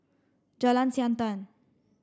Jalan Siantan